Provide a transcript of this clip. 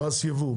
מס ייבוא.